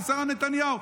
בשרה נתניהו.